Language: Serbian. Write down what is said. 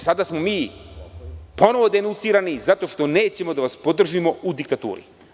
Sada smo mi ponovo denucirani zato što nećemo da vas podržimo u diktaturi.